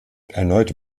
erneut